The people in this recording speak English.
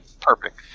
perfect